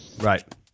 Right